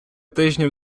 тижнів